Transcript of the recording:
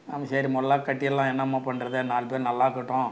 ம் சரி மெல்ல கட்டீர்லாம் என்னம்மா பண்ணுறது நால் பேர் நல்லா இருக்கட்டும்